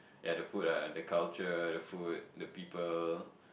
ya the food ah the culture the food the people